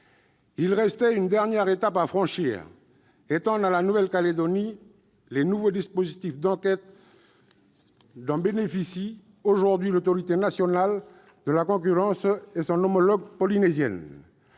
Il restait une dernière étape à franchir : étendre à la Nouvelle-Calédonie les nouveaux dispositifs d'enquête dont bénéficient aujourd'hui l'Autorité nationale de la concurrence et son homologue polynésienne.